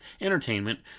entertainment